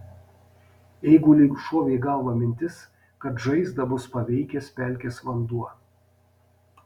eiguliui šovė į galvą mintis kad žaizdą bus paveikęs pelkės vanduo